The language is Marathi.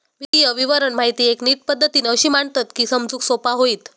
वित्तीय विवरण माहिती एक नीट पद्धतीन अशी मांडतत की समजूक सोपा होईत